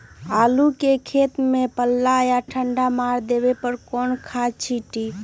आलू के खेत में पल्ला या ठंडा मार देवे पर कौन खाद छींटी?